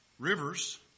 rivers